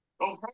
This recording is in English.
Okay